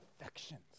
affections